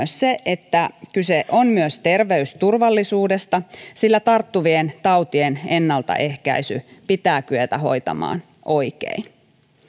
se että kyse on myös terveysturvallisuudesta sillä tarttuvien tautien ennaltaehkäisy pitää kyetä hoitamaan oikein